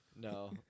No